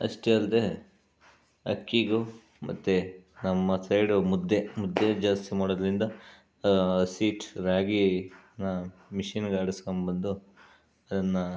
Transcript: ಅಷ್ಟೇ ಅಲ್ಲದೆ ಅಕ್ಕಿಗೂ ಮತ್ತೆ ನಮ್ಮ ಸೈಡು ಮುದ್ದೆ ಮುದ್ದೆ ಜಾಸ್ತಿ ಮಾಡೋದರಿಂದ ಹಸಿಟ್ಟು ರಾಗಿ ಮಿಷಿನ್ಗೆ ಆಡಿಸ್ಕೊಂಡ್ಬಂದು ಅದನ್ನು